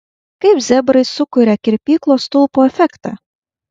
kaip zebrai sukuria kirpyklos stulpo efektą